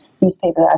newspaper